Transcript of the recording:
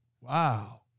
Wow